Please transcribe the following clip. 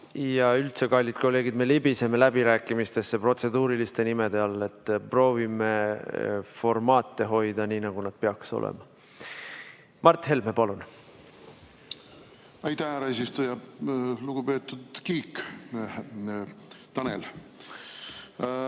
palun! Kallid kolleegid, me libiseme läbirääkimistesse protseduuriliste nime all. Proovime formaate hoida nii, nagu nad peaks olema. Mart Helme, palun! Aitäh, härra eesistuja! Lugupeetud Kiik, Tanel!